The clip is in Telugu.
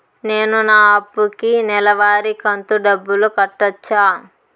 నేను నా అప్పుకి నెలవారి కంతు డబ్బులు కట్టొచ్చా?